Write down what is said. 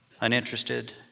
Uninterested